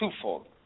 twofold